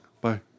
Bye